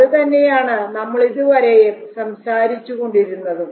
അതുതന്നെയാണ് നമ്മൾ ഇതുവരെയും സംസാരിച്ചുകൊണ്ടിരുന്നതും